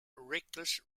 reckless